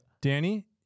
Danny